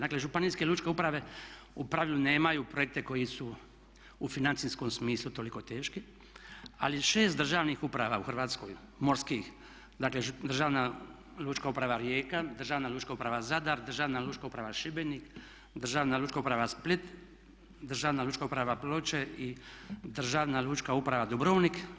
Dakle Županijske lučke uprave u pravilu nemaju projekte koji su u financijskom smislu toliko teško, ali 6 državnih uprava u Hrvatskoj morskih dakle Državna lučka uprava Rijeka, Državna lučka uprava Zadar, Državna lučka uprava Šibenik, Državna lučka uprava Split, Državna lučka uprava Ploče i Državna lučka uprava Dubrovnik.